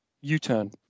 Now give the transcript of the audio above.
U-turn